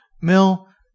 Mill